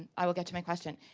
i will get to my question.